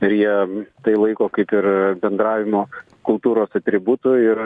ir jie tai laiko kaip ir bendravimo kultūros atributi ir